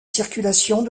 circulations